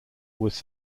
was